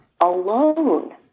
alone